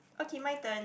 okay my turn